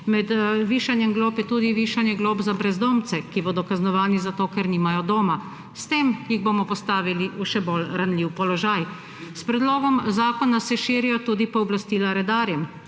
med višanjem glob je tudi višanje glob za brezdomce, ki bodo kaznovani, ker nimajo doma. S tem jih bomo postavili v še bolj ranljiv položaj. S predlogom zakona se širijo tudi pooblastila redarjem.